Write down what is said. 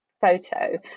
photo